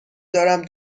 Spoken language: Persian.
دارم